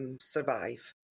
Survive